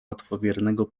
łatwowiernego